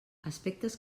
aspectes